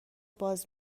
باز